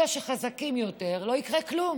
אלה שחזקים יותר לא יקרה כלום